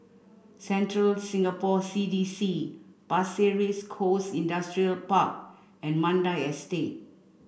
Central Singapore C D C Pasir Ris Coast Industrial Park and Mandai Estate